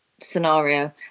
scenario